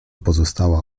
pozostała